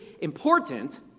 important